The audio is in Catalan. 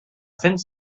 sens